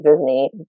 Disney